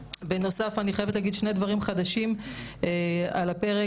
בנוסף אני חייבת לומר שני דברים נוספים וחדשים שנמצאים על הפרק.